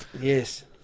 Yes